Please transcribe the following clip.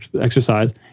exercise